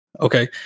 okay